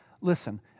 Listen